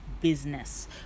business